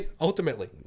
ultimately